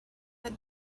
had